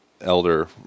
elder